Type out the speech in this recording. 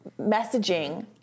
messaging